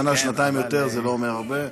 שנה-שנתיים יותר זה לא אומר הרבה.